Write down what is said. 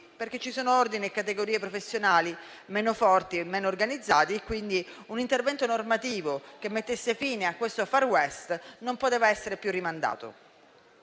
perché ci sono ordini e categorie professionali meno forti e meno organizzati, per cui un intervento normativo che mettesse fine a questo *far west* non poteva più essere rimandato.